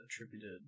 attributed